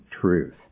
truth